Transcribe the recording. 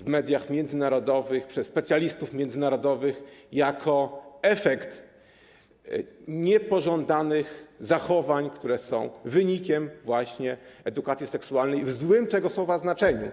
w mediach międzynarodowych przez specjalistów międzynarodowych jako efekt niepożądanych zachowań, które są wynikiem właśnie edukacji seksualnej w złym tego słowa znaczeniu.